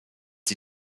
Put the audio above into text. sie